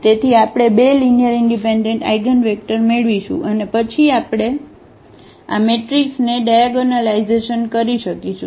તેથી આપણે બે લીનીઅરઇનડિપેન્ડન્ટ આઇગનવેક્ટર મેળવીશું અને પછી આપણે આ મેટ્રિક્સને ડાયાગોનલાઇઝેશન કરી શકીશું